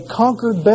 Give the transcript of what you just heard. conquered